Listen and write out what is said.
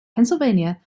pennsylvania